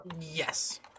Yes